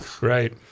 Right